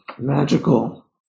Magical